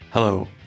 Hello